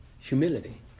Humility